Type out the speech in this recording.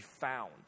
found